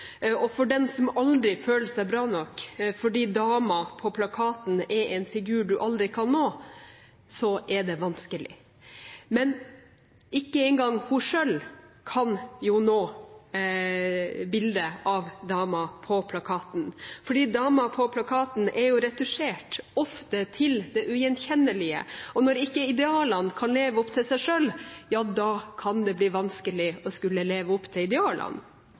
destruktivt. For den som aldri føler seg bra nok fordi damen på plakaten er en figur du aldri kan nå, er det vanskelig. Ikke engang hun selv kan nå bildet av damen på plakaten, fordi damen på plakaten er retusjert – ofte til det ugjenkjennelige – og når ikke idealene kan leve opp til seg selv, ja, da kan det bli vanskelig å skulle leve opp til idealene.